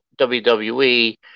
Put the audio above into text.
WWE